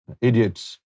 idiots